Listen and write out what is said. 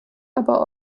aber